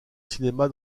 cinéma